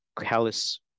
callous